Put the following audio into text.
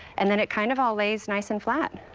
and then it kind of always nice and flat.